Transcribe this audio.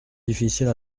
difficile